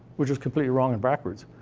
which is completely wrong and backwards.